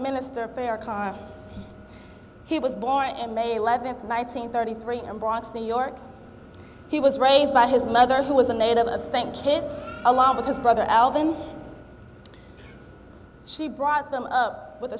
minister parrikar he was born in may eleventh might seem thirty three and bronx new york he was raised by his mother who was a native of think kids along with his brother album she brought them up with